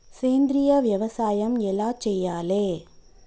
సేంద్రీయ వ్యవసాయం ఎలా చెయ్యాలే?